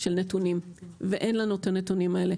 של נתונים ואין לנו הנתונים האלה.